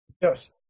Yes